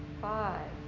Five